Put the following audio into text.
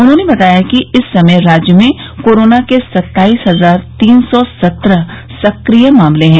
उन्होंने बताया कि इस समय राज्य में कोरोना के सत्ताईस हजार तीन सौ सत्रह सक्रिय मामले हैं